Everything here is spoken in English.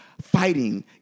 fighting